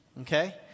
okay